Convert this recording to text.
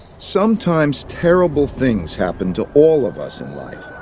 sometimes terrible things happen to all of us in life.